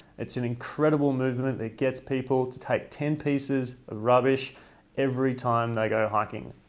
it's an incredible movement that gets people to take ten pieces of rubbish every time they go hiking.